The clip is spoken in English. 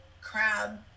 crab